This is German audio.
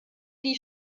die